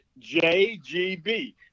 JGB